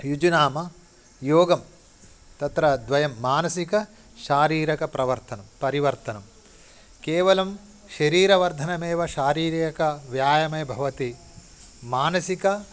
युज् नाम योगं तत्र द्वयं मानसिकः शारीरिकः प्रवर्तनं परिवर्तनं केवलं शरीरवर्धनमेव शारीरिकव्यायामे भवति मानसिकः